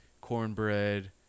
cornbread